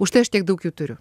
užta aš tiek daug jų turiu